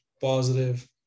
positive